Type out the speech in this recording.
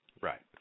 Right